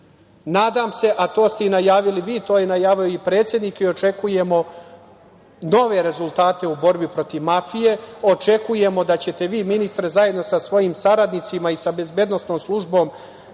se, a to ste i najavili vi, to je najavio i predsednik i očekujemo nove rezultate u borbi protiv mafije. Očekujemo da ćete vi, ministre, zajedno sa svojim saradnicima i sa bezbednosnom službom,